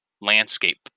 landscape